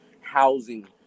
housing